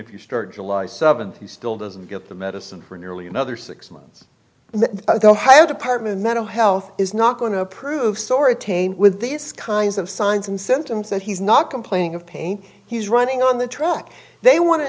if you start july seventh he still doesn't get the medicine for nearly another six months though how department mental health is not going to approve soriatane with these kinds of signs and symptoms and he's not complaining of pain he's running on the track they want to